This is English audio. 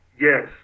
yes